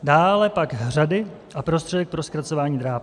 Dále pak hřady a prostředek pro zkracování drápů.